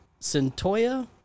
Centoya